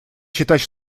считать